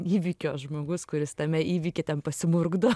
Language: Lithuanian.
įvykio žmogus kuris tame įvyky ten pasimurkdo